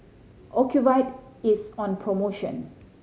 ocuvite is on promotion